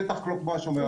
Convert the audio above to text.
בטח לא כמו השומר החדש,